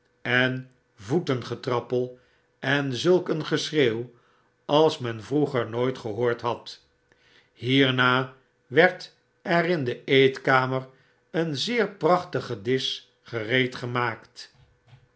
en voetengetrappel en zulk een geschreeuw als men vroeger nooit gehoord had hierna werd er in de eetkamer een zeer prachtigen disch